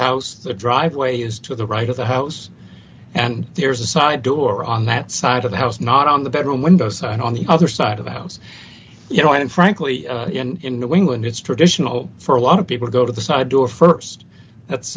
house the driveway is to the right of the house and there's a side door on that side of the house not on the bedroom window side on the other side of the house you know and frankly in new england it's traditional for a lot of people go to the side door st that's